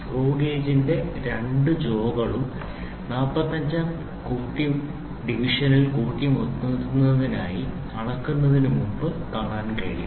screw ഗേജിന്റെ രണ്ടു ജോകളും 45ആം ഡിവിഷനിൽ കൂട്ടിമുട്ടുന്നതായി അളക്കുന്നതിനു മുൻപ് കാണാൻ കഴിയും